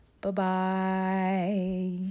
Bye-bye